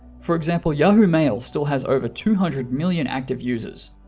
for example, yahoo mail still has over two hundred million active users,